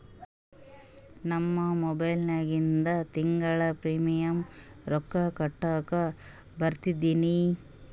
ನಮ್ಮ ಮೊಬೈಲದಾಗಿಂದ ತಿಂಗಳ ಪ್ರೀಮಿಯಂ ರೊಕ್ಕ ಕಟ್ಲಕ್ಕ ಬರ್ತದೇನ್ರಿ?